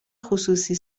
خصوصی